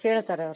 ಕೇಳ್ತಾರೆ ಅವರು